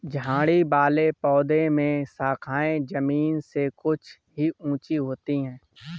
झाड़ी वाले पौधों में शाखाएँ जमीन से कुछ ही ऊँची होती है